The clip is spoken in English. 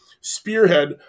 spearhead